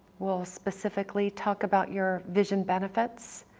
we'll specifically talk about your vision benefits,